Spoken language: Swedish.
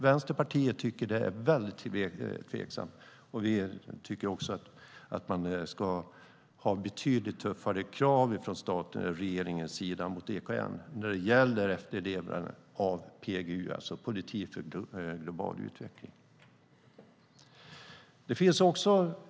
Vänsterpartiet tycker att det är väldigt tveksamt, och vi tycker också att regeringen ska ha betydligt tuffare krav på EKN när det gäller efterlevnaden av PGU, alltså politik för global utveckling.